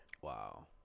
wow